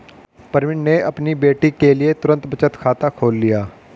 प्रवीण ने अपनी बेटी के लिए तुरंत बचत खाता खोल लिया